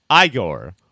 Igor